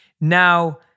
Now